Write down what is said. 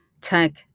tech